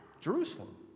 Jerusalem